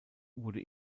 wurde